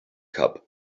cup